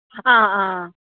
ആ ആ